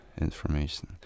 information